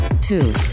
two